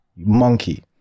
Monkey